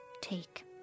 take